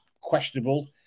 questionable